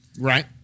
Right